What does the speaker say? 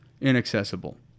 inaccessible